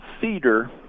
cedar